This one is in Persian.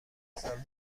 مثال